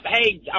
Hey